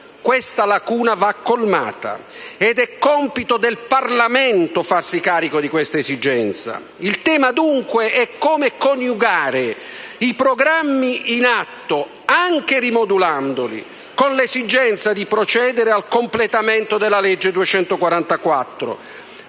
questa lacuna va colmata ed è compito del Parlamento farsi carico di questa esigenza. Il tema dunque è come coniugare i programmi in atto, anche rimodulandoli, con l'esigenza di procedere al completamento della legge n.